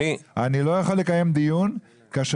אני לא יכול לקיים דין כשמפריעים.